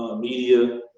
ah media,